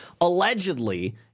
Allegedly